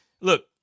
look